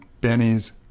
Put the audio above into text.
Benny's